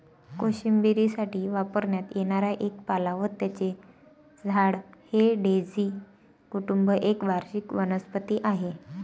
कोशिंबिरीसाठी वापरण्यात येणारा एक पाला व त्याचे झाड हे डेझी कुटुंब एक वार्षिक वनस्पती आहे